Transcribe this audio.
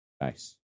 Nice